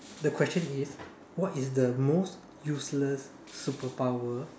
the question is what is the most useless superpower